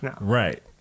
right